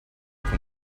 can